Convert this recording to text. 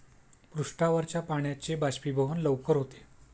पृष्ठावरच्या पाण्याचे बाष्पीभवन लवकर होते